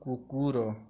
କୁକୁର